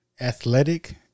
athletic